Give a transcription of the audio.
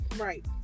Right